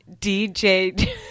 DJ